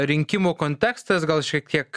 rinkimų kontekstas gal šiek tiek